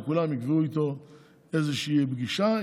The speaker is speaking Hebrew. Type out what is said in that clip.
כולם יקבעו איתו איזושהי פגישה,